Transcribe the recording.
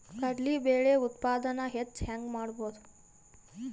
ಕಡಲಿ ಬೇಳೆ ಉತ್ಪಾದನ ಹೆಚ್ಚು ಹೆಂಗ ಮಾಡೊದು?